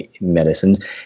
medicines